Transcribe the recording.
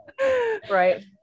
Right